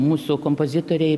mūsų kompozitorei